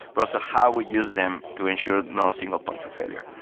but also how we use them to ensure no single points of failure